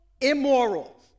immoral